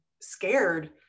scared